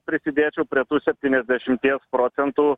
prisidėtų prie tų septyniasdešimties procentų